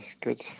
good